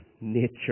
nature